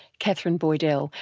katherine boydell,